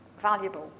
valuable